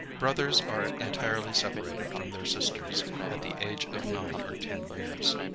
brothers are entirely separated from their sisters at the age of nine or ten years.